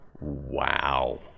wow